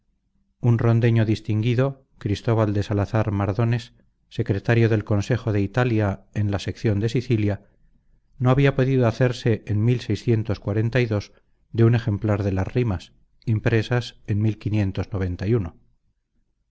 un rondeño distinguido cristóbal de salazar mardones secretario del consejo de italia en la sección de sicilia no había podido hacerse en de un ejemplar de las rimas impresas en